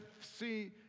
see